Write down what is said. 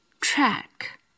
Track